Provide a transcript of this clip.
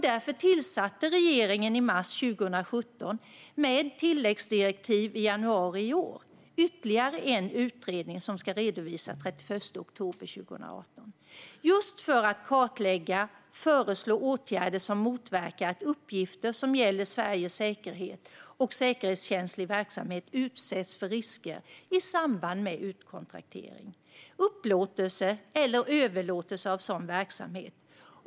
Därför tillsatte regeringen i mars 2017 med tilläggsdirektiv i januari i år ytterligare en utredning som ska redovisas den 31 oktober 2018 för att kartlägga och föreslå åtgärder som motverkar att uppgifter som gäller Sveriges säkerhet och säkerhetskänslig verksamhet utsätts för risker i samband med utkontraktering, upplåtelse eller överlåtelse av sådan verksamhet.